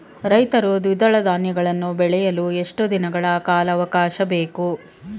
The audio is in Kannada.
ರೈತರು ದ್ವಿದಳ ಧಾನ್ಯಗಳನ್ನು ಬೆಳೆಯಲು ಎಷ್ಟು ದಿನಗಳ ಕಾಲಾವಾಕಾಶ ಬೇಕು?